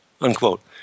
unquote